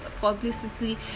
publicity